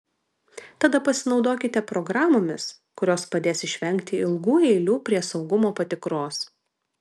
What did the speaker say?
tada pasinaudokite programomis kurios padės išvengti ilgų eilių prie saugumo patikros